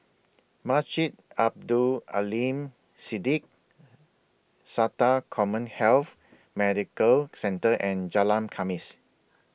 Masjid Abdul Aleem Siddique Sata Commhealth Medical Centre and Jalan Khamis